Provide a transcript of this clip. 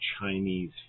Chinese